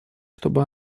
чтобы